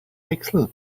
pixel